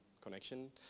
connection